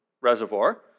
Reservoir